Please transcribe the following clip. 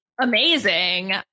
amazing